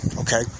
Okay